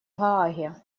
гааге